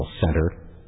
center